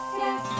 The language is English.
yes